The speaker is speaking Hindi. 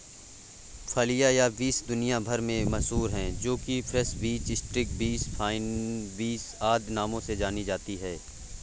फलियां या बींस दुनिया भर में मशहूर है जो कि French beans, string beans, fine beans आदि नामों से जानी जाती है